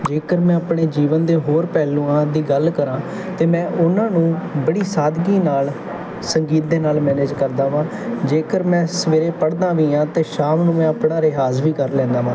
ਜੇਕਰ ਮੈਂ ਆਪਣੇ ਜੀਵਨ ਦੇ ਹੋਰ ਪਹਿਲੂਆਂ ਦੀ ਗੱਲ ਕਰਾਂ ਅਤੇ ਮੈਂ ਉਨ੍ਹਾਂ ਨੂੰ ਬੜੀ ਸਾਦਗੀ ਨਾਲ ਸੰਗੀਤ ਦੇ ਨਾਲ ਮੈਨੇਜ ਕਰਦਾ ਵਾ ਜੇਕਰ ਮੈਂ ਸਵੇਰੇ ਪੜ੍ਹਦਾ ਵੀ ਹਾਂ ਅਤੇ ਸ਼ਾਮ ਨੂੰ ਮੈਂ ਆਪਣਾ ਰਿਹਾਜ਼ ਵੀ ਕਰ ਲੈਂਦਾ ਵਾਂ